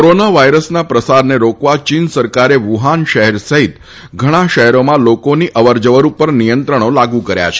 corona વાયરસના પ્રસારને રોકવા ચીન સરકારે વુહાન શહેર સહિત ઘણા શહેરોમાં લોકોની અવર જવર ઉપર નિયંત્રણો લાગુ કર્યા છે